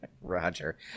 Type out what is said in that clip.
Roger